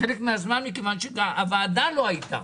ובגלל שהוועדה לא הייתה.